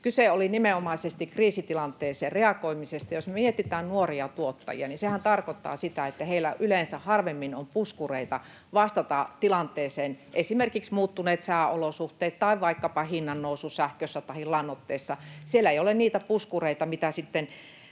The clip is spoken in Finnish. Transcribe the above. Kyse oli nimenomaisesti kriisitilanteeseen reagoimisesta. Jos me mietitään nuoria tuottajia, niin sehän tarkoittaa sitä, että heillä yleensä harvemmin on puskureita vastata tilanteeseen. Esimerkiksi muuttuneet sääolosuhteet tai vaikkapa hinnannousu sähkössä tahi lannoitteissa ovat sellaisia, että siellä ei ole niitä puskureita, mitä sitten